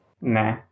Nah